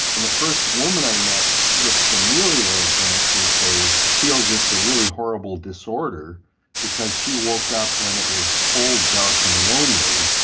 and the first woman i met with familial advanced sleep phase feels it's a really horrible disorder because she woke up when it was cold, dark and lonely.